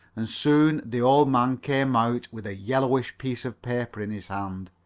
and soon the old man came out with a yellowish piece of paper in his hand.